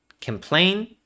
Complain